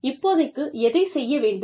இப்போதைக்கு எதைச் செய்ய வேண்டும்